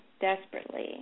desperately